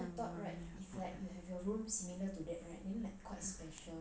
I thought right beside you have your room similar to the 你们 quite special